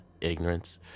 ignorance